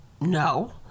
No